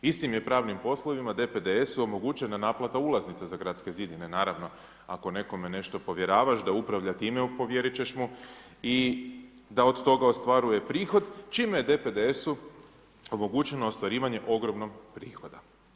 Istim je pravnim poslovima DPDS-u omogućena naplata ulaznica za gradske zidine, naravno, ako nekome nešto povjeravaš da upravlja time, povjerit ćeš mu i da od toga ostvaruje prihod, čim je DPDS-u omogućeno ostvarivanje ogromnog prihoda.